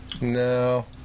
No